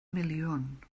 miliwn